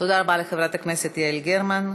תודה רבה לחברת הכנסת יעל גרמן.